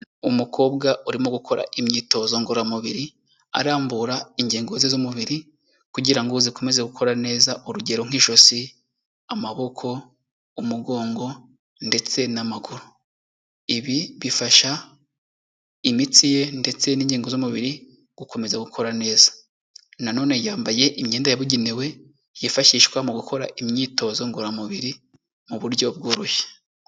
Umukobwa urimo gukora imyitozo ngororamubiri, arambura ingingo ze z'umubiri kugira ngo zikomeze gukora neza, urugero nk'ijosi, amaboko, umugongo ndetse n'amaguru. Ibi bifasha imitsi ye ndetse n'inkingo z'umubiri gukomeza gukora neza. Nanone yambaye imyenda yabugenewe yifashishwa mu gukora imyitozo ngororamubiri, mu buryo bworoshye.